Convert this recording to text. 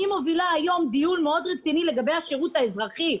אני מובילה היום דיון מאוד רציני לגבי השירות האזרחי.